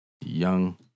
Young